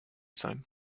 sein